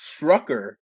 Strucker